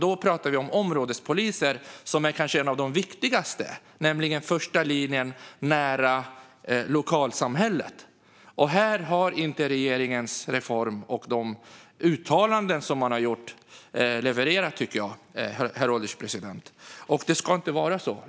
Då pratar vi alltså om områdespoliser, som kanske är något av det viktigaste, nämligen första linjen nära lokalsamhället. Här tycker jag inte att regeringens reform och de uttalanden som man har gjort har levererat. Det ska inte vara så.